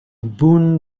boon